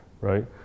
right